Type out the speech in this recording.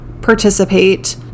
participate